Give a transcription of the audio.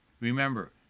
Remember